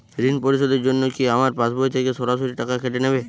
ঋণ পরিশোধের জন্য কি আমার পাশবই থেকে সরাসরি টাকা কেটে নেবে?